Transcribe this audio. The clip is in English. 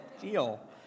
deal